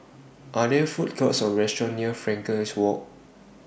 Are There Food Courts Or restaurants near Frankel Walk